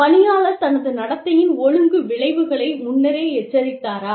பணியாளர் தனது நடத்தையின் ஒழுங்கு விளைவுகளை முன்னரே எச்சரித்தாரா